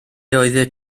oeddet